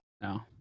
No